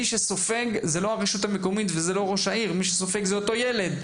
מי שסופג זה לא הרשות המקומית וזה לא ראש העיר מי שסופג זה אותו ילד,